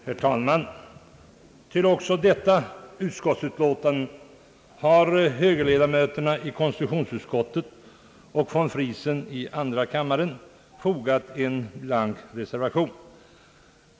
Herr talman! Även till detta utskottsutlåtande har högerledamöterna i konstitutionsutskottet — denna gång tillsammans med folkpartirepresentanten herr von Friesen i andra kammaren — avgivit en blank reservation.